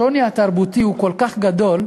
השוני התרבותי הוא כל כך גדול,